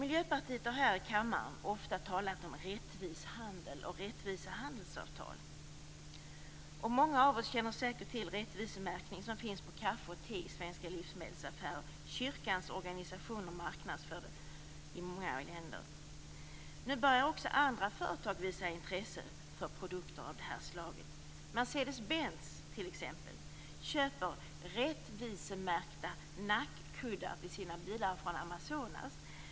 Miljöpartiet har här i kammaren ofta talat om en rättvis handel och rättvisa handelsavtal. Många av oss känner säkert till den rättvisemärkning som finns på kaffe och te i svenska livsmedelsaffärer. Dessa produkter marknadsförs i många länder av kyrkans organisationer. Mercedes-Benz köper t.ex. rättvisemärkta nackkuddar från Amazonas till sina bilar.